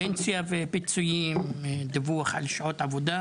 פנסיה ופיצויים, דיווח על שעות עבודה.